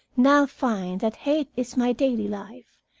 now find that hate is my daily life,